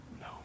No